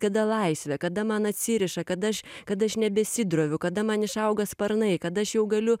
kada laisvė kada man atsiriša kada aš kada aš nebesidroviu kada man išauga sparnai kada aš jau galiu